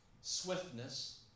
Swiftness